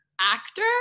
actor